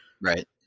right